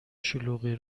شلوغی